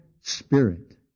spirit